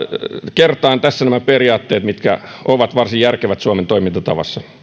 kertaan nämä periaatteet mitkä ovat varsin järkevät suomen toimintatavassa